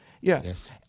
Yes